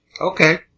Okay